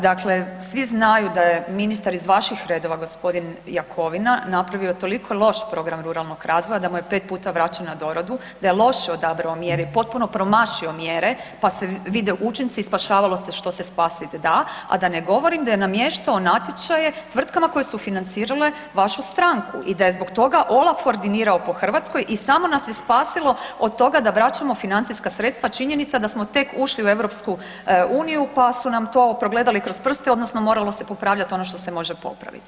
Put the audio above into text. Dakle, svi znaju da je ministar iz vaših redova gospodin Jakovina napravio toliko loš program ruralnog razvoja da mu je 5 puta vraćen na doradu, da je loše odabrao mjere i potpuno promašio mjere, pa se vide učinci i spašavalo se što se spasit da, a da ne govorim da je namještao natječaje tvrtkama koje su financirale vašu stranku i da je zbog toga OLAF ordinirao po Hrvatskoj i samo nas je spasilo od toga da vraćamo financijska sredstva činjenica da smo tek ušli u EU pa su nam to progledali kroz prste odnosno moralo se popravljati ono što se može popraviti.